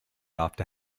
after